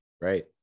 Right